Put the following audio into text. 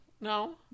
No